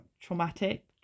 Traumatic